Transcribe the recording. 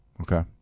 Okay